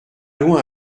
loin